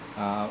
um